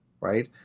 right